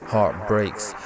Heartbreaks